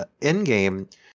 Endgame